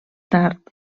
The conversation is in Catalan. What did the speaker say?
tard